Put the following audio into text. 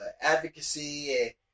advocacy